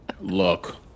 Look